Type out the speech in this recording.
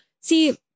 see